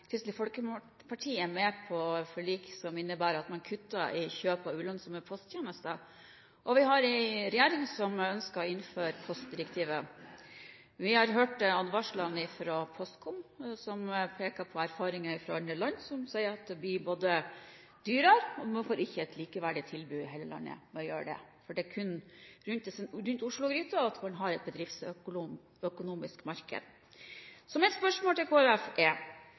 Kristelig Folkeparti er med på forlik som innebærer at man kutter i kjøp av ulønnsomme posttjenester, og vi har en regjering som ønsker å innføre postdirektivet. Vi har hørt advarslene fra Postkom, som peker på erfaringer fra andre land som tilsier at det blir dyrere, og man får ikke et likeverdig tilbud i hele landet ved å gjøre det, for det er kun rundt Oslo-gryta at man har et bedriftsøkonomisk marked. Så mitt spørsmål til Kristelig Folkeparti er: